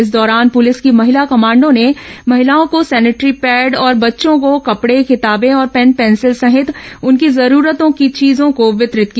इस दौरान पुलिस की महिला कमांडो ने महिलाओं को सैनिटरी पैड और बच्चों को कपडे किताबें और पेन पेंसिल सहित उनकी जरूरतों की चीजों वितरित की